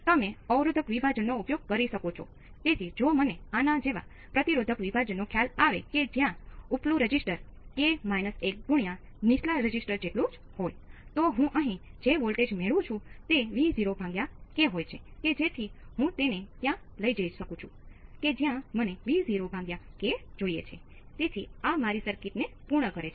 તો ચાલો આપણે કહીએ કે મારી પાસે 15 વોલ્ટ છે